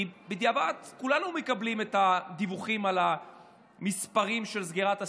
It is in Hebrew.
כי בדיעבד כולנו מקבלים את הדיווחים על המספרים של סגירת הסניפים.